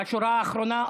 בשורה האחרונה,